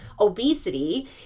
obesity